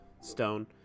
stone